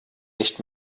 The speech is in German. nicht